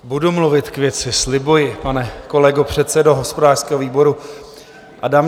Budu mluvit k věci, slibuji, pane kolego předsedo hospodářského výboru Adamče.